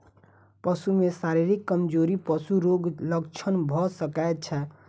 पशु में शारीरिक कमजोरी पशु रोगक लक्षण भ सकै छै